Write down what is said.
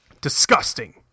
Disgusting